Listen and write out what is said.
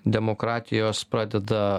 demokratijos pradeda